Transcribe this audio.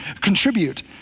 contribute